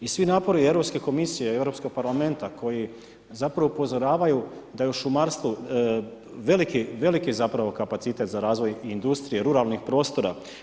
I svi napori Europske komisije i Europskog parlamenta koji zapravo upozoravaju da je u šumarstvu veliki, veliki zapravo kapacitet za razvoj i industrije, ruralnih prostora.